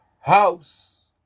house